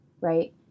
right